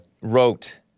wrote